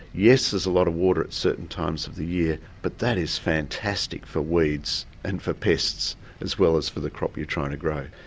yes, there's a lot of water at certain times of the year, but that is fantastic for weeds and for pests as well as for the crop you're trying to grow.